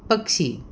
पक्षी